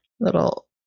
little